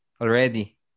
already